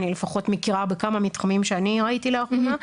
אני לפחות מכירה בכמה מתחמים שאני ראיתי לאחרונה,